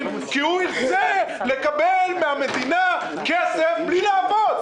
כי הוא ירצה לקבל מן המדינה כסף בלי לעבוד.